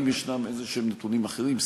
ואם יש איזשהם נתונים אחרים,